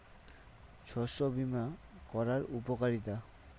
শস্য বিমা করার উপকারীতা?